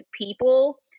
people